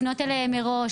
לפנות אל ההורים מראש,